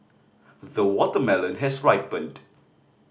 the watermelon has ripened